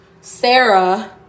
Sarah